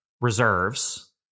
Reserves